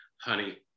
Honey